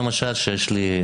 שיש לי,